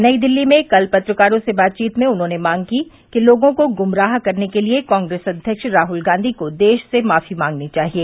नई दिल्ली में कल पत्रकारों से बातचीत में उन्होंने मांग की कि लोगों को गुमराह करने के लिए कांग्रेस अव्यक्ष राहल गांधी को देश से माफी मांगनी चाहिए